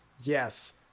yes